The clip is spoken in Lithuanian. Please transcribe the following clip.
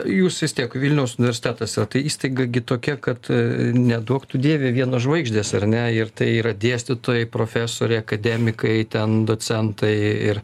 jūs vis tiek vilniaus universitetas yra tai įstaiga gi tokia kad neduok tu dieve vienos žvaigždės ar ne ir tai yra dėstytojai profesoriai akademikai ten docentai ir